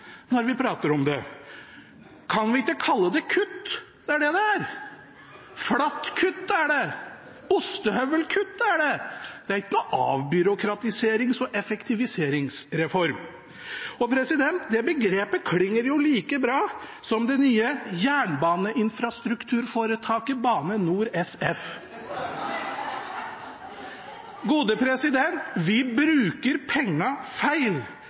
når vi prater om det. Kan vi ikke kalle det kutt? Det er det det er. Flatt kutt er det, ostehøvelkutt er det – det er ikke noen avbyråkratiserings- og effektiviseringsreform. Det begrepet klinger like bra som det nye jernbaneinfrastrukturforetaket Bane NOR SF. Vi bruker pengene feil.